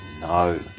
No